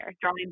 drawing